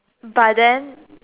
but then